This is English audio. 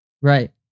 Right